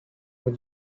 when